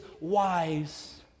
wise